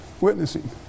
witnessing